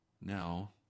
Now